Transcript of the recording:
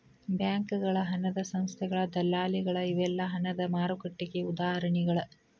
ಬ್ಯಾಂಕಗಳ ಹಣದ ಸಂಸ್ಥೆಗಳ ದಲ್ಲಾಳಿಗಳ ಇವೆಲ್ಲಾ ಹಣದ ಮಾರುಕಟ್ಟೆಗೆ ಉದಾಹರಣಿಗಳ